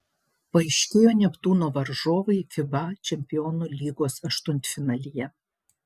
paaiškėjo neptūno varžovai fiba čempionų lygos aštuntfinalyje